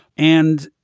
and